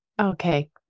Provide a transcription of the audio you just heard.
okay